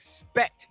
expect